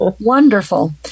Wonderful